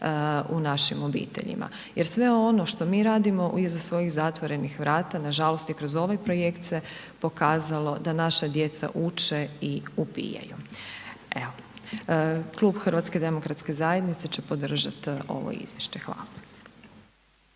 u našim obiteljima jer sve ono što mi radimo iza svoji zatvorenih vrata, nažalost i kroz ovaj projekt se pokazalo da naša djeca uče i upijaju. Klub HDZ-a će podržati ovo izvješće, hvala.